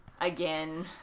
again